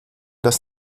das